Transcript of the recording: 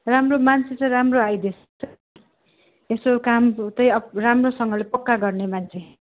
राम्रो मान्छे चाहिँ राम्रो आइदेओस् यसो काम चाहिँ अब राम्रोसँगले पक्का गर्ने मान्छे